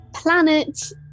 Planets